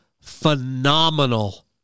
phenomenal